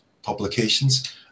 publications